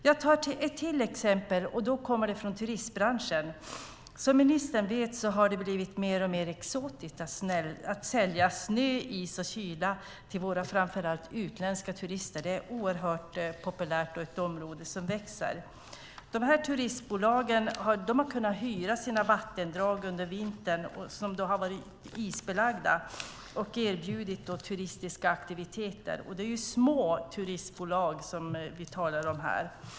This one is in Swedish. Jag tar ett exempel till, och det kommer från turistbranschen. Som ministern vet har det blivit mer och mer exotiskt att sälja snö, is och kyla till framför allt utländska turister. Det är oerhört populärt och ett område som växer. Turistbolagen har kunnat hyra sina vattendrag under vintern som då har varit isbelagda och erbjuda turistiska aktiviteter. Det är små turistbolag som vi talar om här.